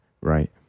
right